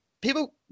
People